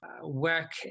work